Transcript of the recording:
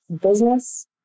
business